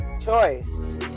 choice